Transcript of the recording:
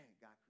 God